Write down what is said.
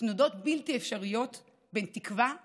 בתנודות בלתי אפשריות בין תקווה לייאוש.